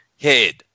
head